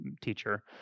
teacher